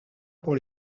pour